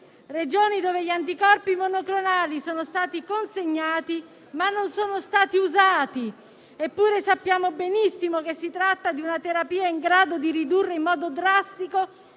Regioni in cui gli anticorpi monoclonali sono stati consegnati, ma non sono stati usati (eppure sappiamo benissimo che si tratta di una terapia in grado di ridurre in modo drastico